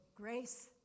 Grace